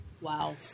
Wow